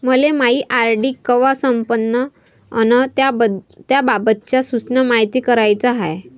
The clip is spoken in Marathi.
मले मायी आर.डी कवा संपन अन त्याबाबतच्या सूचना मायती कराच्या हाय